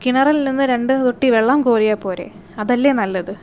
കിണറിൽ നിന്ന് രണ്ട് തൊട്ടി വെള്ളം കോരിയാൽ പോരെ അതല്ലേ നല്ലത്